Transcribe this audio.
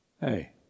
hey